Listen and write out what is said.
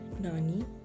Nani